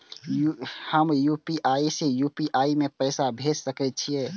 हम यू.पी.आई से यू.पी.आई में पैसा भेज सके छिये?